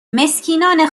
مسکینان